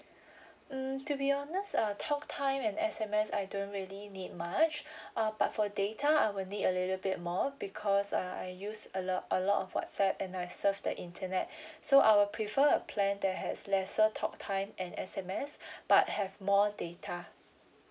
mm to be honest uh talk time and S_M_S I don't really need much um but for data I will need a little bit more because uh I use a lot a lot of whatsapp and I surf the internet so I will prefer a plan that has lesser talk time and S_M_S but have more data